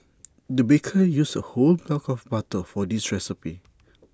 the baker used A whole block of butter for this recipe